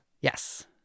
Yes